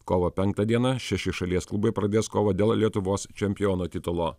kovo penktą dieną šeši šalies klubai pradės kovą dėl lietuvos čempiono titulo